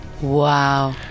Wow